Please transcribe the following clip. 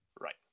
right